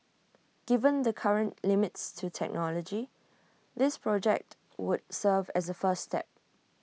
given the current limits to technology this project would serve as A first step